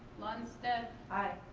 lunstedt. aye.